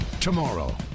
tomorrow